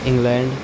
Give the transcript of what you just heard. England